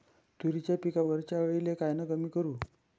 तुरीच्या पिकावरच्या अळीले कायनं कमी करू?